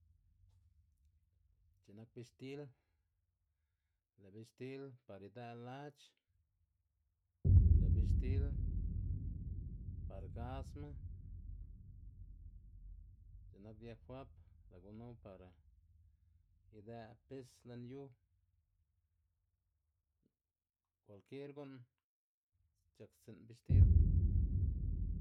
C̲h̲i'k nak bixtil, lë' bixtil par idë' lac̲h̲, lë' bixtil par gasma, x̱i'k nak diafab lë' gunu para idë' pis lën yu, kualkier gu'n c̲h̲akstsi'n bixtil.